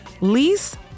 lease